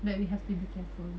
but we have to be careful